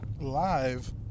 live